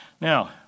Now